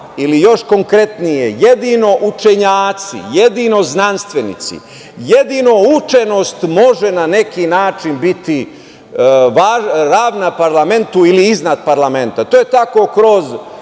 ili još konkretnije, jedino učenjaci, jedino znanstvenici, jedino učenost može na neki način biti ravna parlamentu ili iznad parlamenta. To je tako kroz